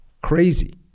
Crazy